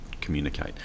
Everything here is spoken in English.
communicate